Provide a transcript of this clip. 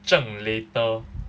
正 later